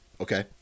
okay